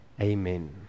Amen